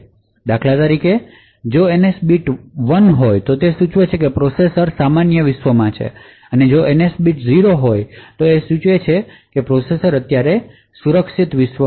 તેથી દાખલા તરીકે જો એનએસ બીટ 1 છે તો તે સૂચવે છે કે પ્રોસેસર સામાન્ય વિશ્વમાં છે જો એનએસ બીટ 0 પર સેટ કરેલી છે જે સુરક્ષિત વિશ્વ કામગીરી સૂચવે છે